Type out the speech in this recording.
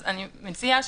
אז אני מציעה